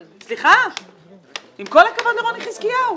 סליחה, עם כל הכבוד לרוני חזקיהו.